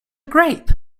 grape